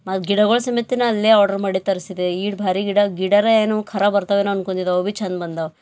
ಮತ್ತು ಗಿಡಗಳ್ ಸಮೇತ ನಾ ಅಲ್ಲೇ ಆರ್ಡರ್ ಮಾಡಿ ತರಿಸಿದೆ ಈಡ್ ಭಾರಿ ಗಿಡ ಗಿಡರ ಏನು ಖರಾಬರ್ತಾವೇನೋ ಅನ್ಕೊಂದಿದೆವ್ ಅವು ಬಿ ಛಂದ್ ಬಂದವ